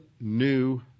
new